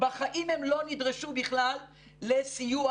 בחיים הם לא נדרשו בכלל לסיוע,